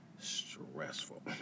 stressful